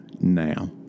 now